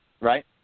right